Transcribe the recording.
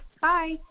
Bye